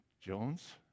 Jones